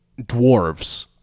dwarves